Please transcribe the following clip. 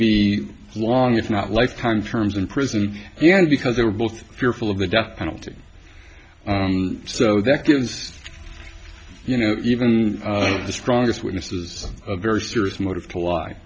be long if not lifetime terms in prison because they were both fearful of the death penalty so that gives you know even the strongest witnesses a very serious motive to lie